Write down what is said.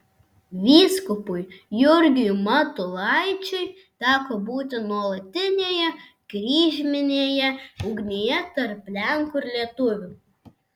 vyskupui jurgiui matulaičiui teko būti nuolatinėje kryžminėje ugnyje tarp lenkų ir lietuvių